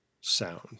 sound